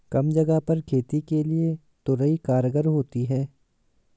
कम जगह पर खेती के लिए तोरई कारगर होती है